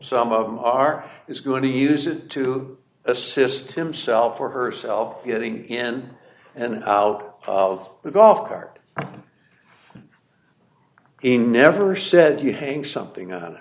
some of them are is going to use it to assist himself or herself getting in and out of the golf cart in never said to hang something